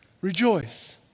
rejoice